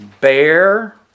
Bear